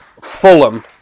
Fulham